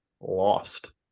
lost